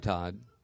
Todd